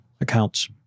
accounts